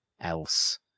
else